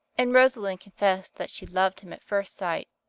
and rosalind confessed that she loved him at first sight.